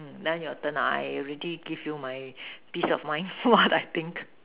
mm now your turn I already give you my peace of mind what I think